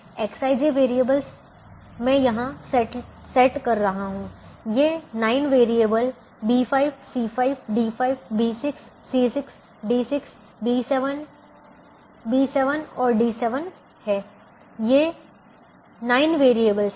Xij variables मैं यहाँ set कर रहा हूँ ये 9 variable B5 C5 D5 B6 C6 D6 B7 B7 और D7 हैं ये 9 वैरिएबल हैं